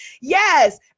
Yes